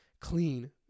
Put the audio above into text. clean